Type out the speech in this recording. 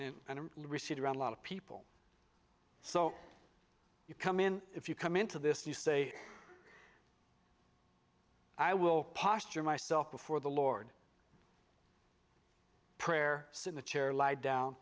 and and reseed around a lot of people so you come in if you come into this you say i will posture myself before the lord prayer seen the chair lie down